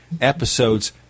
episodes